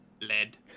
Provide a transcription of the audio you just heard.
Lead